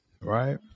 right